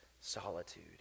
solitude